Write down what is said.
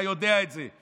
אתה יודע את זה.